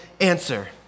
answer